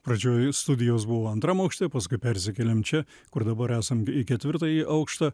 pradžioj studijos buvo antram aukšte paskui persikėlėm čia kur dabar esam į ketvirtąjį aukštą